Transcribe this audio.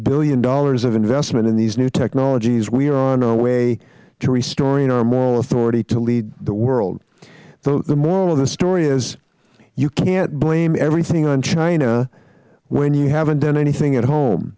billion of investment in these new technologies we are on our way to restoring our moral authority to lead the world the moral of the story is you can't blame everything on china when you haven't done anything at home